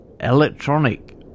electronic